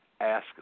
ask